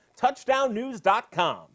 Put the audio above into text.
touchdownnews.com